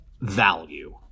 value